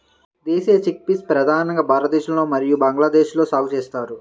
దేశీయ చిక్పీస్ ప్రధానంగా భారతదేశం మరియు బంగ్లాదేశ్లో సాగు చేస్తారు